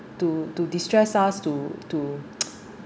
to to destress us to to